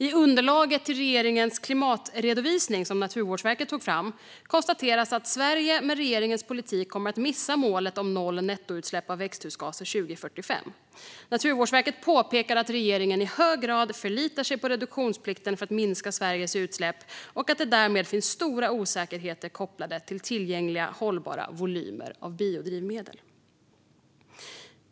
I underlaget till regeringens klimatredovisning som Naturvårdsverket tog fram konstateras att Sverige med regeringens politik kommer att missa målet om noll nettoutsläpp av växthusgaser 2045. Naturvårdsverket påpekar att regeringen i hög grad förlitar sig på reduktionsplikten för att minska Sveriges utsläpp och att det därmed finns stora osäkerheter kopplade till tillgängliga hållbara volymer av biodrivmedel.